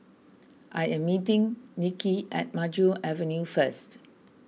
I am meeting Nikki at Maju Avenue first